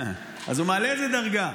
אז הוא מעלה את זה דרגה.